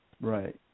right